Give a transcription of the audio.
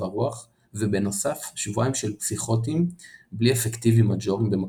הרוח ובנוסף שבועיים של פסיכוטיים בלי אפקטיביים מאג'וריים במקביל,